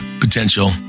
potential